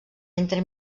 entre